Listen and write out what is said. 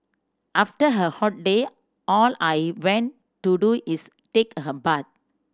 after a hot day all I want to do is take a bath